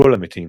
קול למתים,